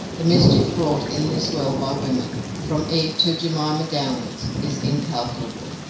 the mischief wrought in this world by women, from eve to jemima downwards, is incalculable,